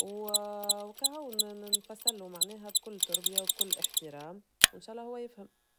وكهو نفسرلو معناها بكل تربية وبكل احترام، وان شا الله هو يفهم.